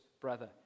brother